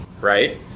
Right